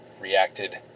reacted